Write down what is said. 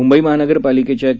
मुंबई महानगरपालिकेच्या के